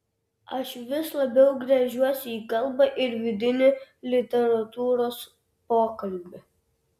aš vis labiau gręžiuosi į kalbą ir vidinį literatūros pokalbį